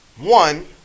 one